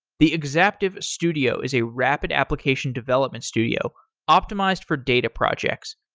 the exaptive studio is a rapid application development studio optimized for data projects.